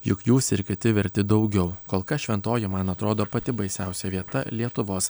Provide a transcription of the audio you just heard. juk jūs ir kiti verti daugiau kol kas šventoji man atrodo pati baisiausia vieta lietuvos